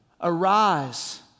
Arise